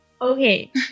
Okay